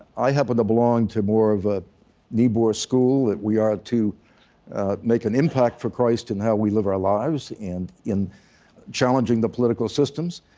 i happen to belong to more of a niebuhr school that we are to make an impact for christ in how we live our lives and in challenging the political systems,